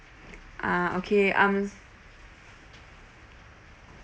uh okay I'm